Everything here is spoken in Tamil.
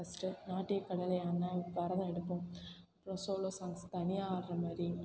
ஃபஸ்ட்டு நாட்டியக்கலையில் ஏன்னால் பரதம் எடுப்போம் அப்றம் சோலோ சாங்ஸ் தனியாக ஆடுற மாதிரி